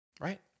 right